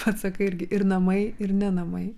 atsakai irgi ir namai ir ne namai